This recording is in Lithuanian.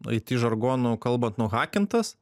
it žargonu kalbant nuhakintas